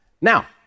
Now